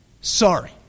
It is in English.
Sorry